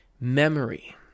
memory